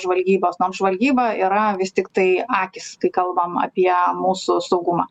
žvalgybos nors žvalgyba yra vis tiktai akys kai kalbam apie mūsų saugumą